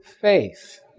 faith